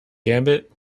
gambit